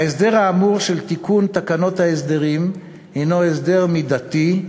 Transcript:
ההסדר האמור של תיקון תקנות ההסדרים הנו הסדר מידתי,